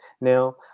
Now